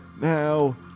Now